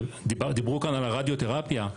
דיברו כאן על הרדיותרפיה,